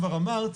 כבר אמרת,